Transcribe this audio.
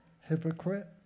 Hypocrite